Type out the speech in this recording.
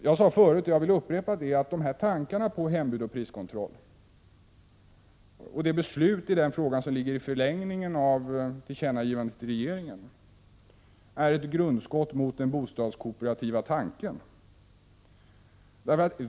Jag sade förut — och det vill jag upprepa — att planerna på hembud och priskontroll, och det beslut i den frågan som ligger i förlängningen av tillkännagivandet till regeringen, är ett grundskott mot den bostadskooperativa tanken.